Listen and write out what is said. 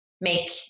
make